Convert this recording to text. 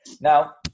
Now